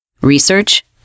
Research